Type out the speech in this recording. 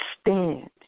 Stand